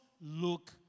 look